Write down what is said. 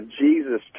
jesus